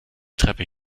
treppe